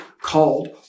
called